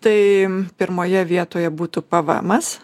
tai pirmoje vietoje būtų pvemas